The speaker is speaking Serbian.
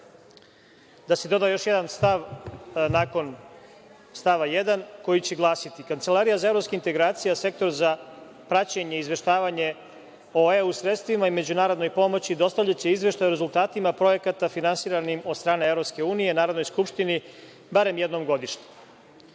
da se doda još jedan stav nakon stava 1, koji će glasiti: „Kancelarija za evropske integracije – Sektor za praćenje i izveštavanje o EU sredstvima i međunarodnoj pomoći, dostavljaće izveštaj o rezultatima projekata finansiranim od strane EU Narodnoj Skupštini barem jednom godišnje.“U